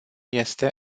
este